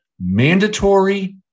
mandatory